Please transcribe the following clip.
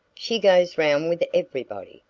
she goes round with everybody.